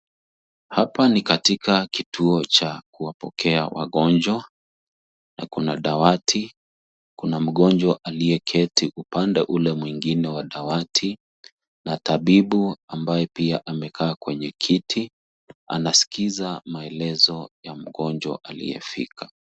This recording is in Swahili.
Hapa ni katika kituo cha wapokea wagonjwa na kuna dawati, kuna mgonjwa aliyeketi upande ule mwingine mwa dawati na tabibu ambaye amekaa kiti anaskiza maelezo ya mgonjwa aliyefika.